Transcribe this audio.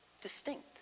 distinct